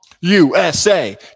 USA